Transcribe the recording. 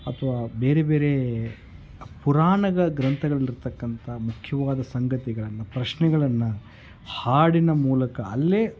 ಅಥವಾ ಬೇರೆ ಬೇರೆ ಪುರಾಣ ಗ ಗ್ರಂಥಗಳಲ್ಲಿರ್ತಕ್ಕಂಥ ಮುಖ್ಯವಾದ ಸಂಗತಿಗಳನ್ನು ಪ್ರಶ್ನೆಗಳನ್ನು ಹಾಡಿನ ಮೂಲಕ ಅಲ್ಲೇ